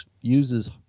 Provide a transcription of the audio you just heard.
uses